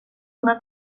una